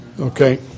Okay